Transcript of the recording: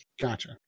Gotcha